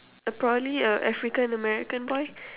uh probably a African american boy